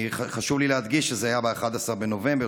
חשוב לי להדגיש שזה היה ב-11 בנובמבר,